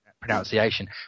pronunciation